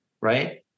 right